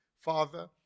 father